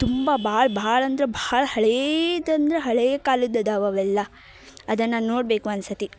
ತುಂಬ ಭಾಳ ಭಾಳ ಅಂದ್ರೆ ಭಾಳ ಹಳೇದಂದ್ರೆ ಹಳೆಯ ಕಾಲದ್ದದಾವು ಅವೆಲ್ಲ ಅದನ್ನು ನೋಡಬೇಕು ಒಂದು ಸರ್ತಿ